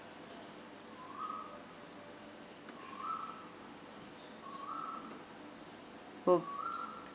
oh